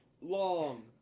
long